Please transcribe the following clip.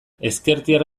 ezkertiar